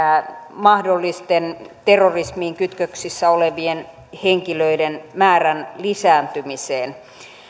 mahdollisten terrorismiin kytköksissä olevien henkilöiden määrän lisääntymiseen